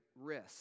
risk